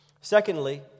Secondly